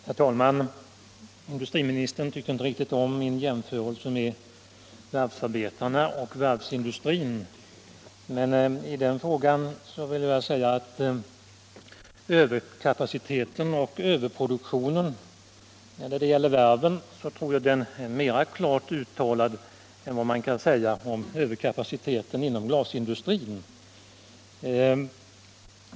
Herr talman! Industriministern tyckte inte riktigt om min jämförelse med varvsarbetarna och varvsindustrin, men i den näringen är överkapaciteten och överproduktionen mera klart uttalad än inom glasindustrin.